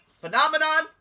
phenomenon